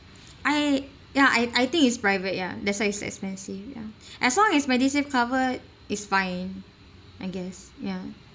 I ya I I think is private ya that's why is expensive ya as long as medisave cover is fine I guess ya